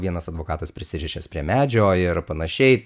vienas advokatas prisirišęs prie medžio ir panašiai